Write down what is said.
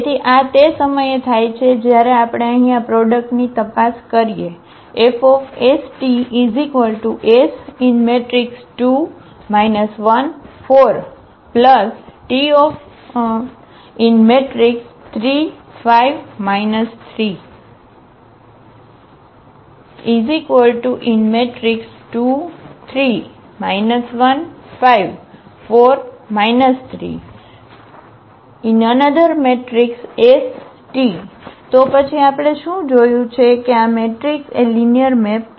તેથી આ તે સમયે થાય છે જ્યારે આપણે અહીં આ પ્રોડક્ટની તપાસ કરીએ તો પછી આપણે શું જોયું છે કે આ મેટ્રિક્સ એ લિનિયર મેપ છે